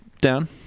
down